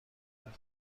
بود